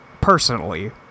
personally